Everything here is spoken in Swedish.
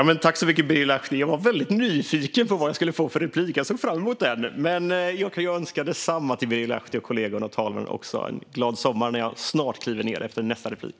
Fru talman! Jag tackar Birger Lahti. Jag var väldigt nyfiken på vad jag skulle få för replik. Jag såg fram emot den. Men jag kan också önska Birger Lahti, kollegorna och talmannen en glad sommar när jag snart kliver ned efter nästa replik.